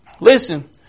Listen